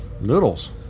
Noodles